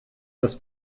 das